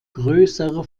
größere